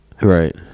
Right